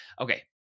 Okay